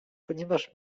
ponieważ